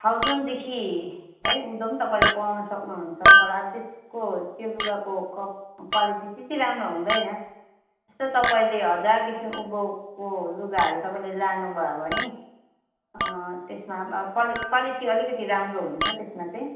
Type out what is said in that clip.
थाउजन्डदेखि है उँधो पनि तपाईँले पाउन सक्नुहुन्छ तर अब त्यसको त्यो लुगाको कप क्वालिटी त्यति राम्रो हुँदैन जस्तो तपाईँले हजारदेखि उँभोको लुगाहरू तपाईँले लानुभयो भने त्यसमा अब क्वा क्वालिटी अलिकति राम्रो हुन्छ त्यसमा चाहिँ